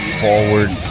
forward